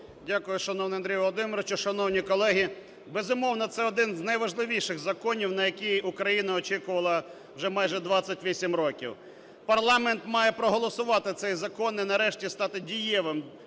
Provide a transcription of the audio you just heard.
Дякую, шановний Андрій Володимирович. Шановні колеги, безумовно, це один з найважливіших законів, на який Україна очікувала вже майже 28 років. Парламент має проголосувати цей закон і нарешті стати дієвим,